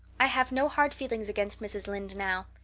i have no hard feelings against mrs. lynde now.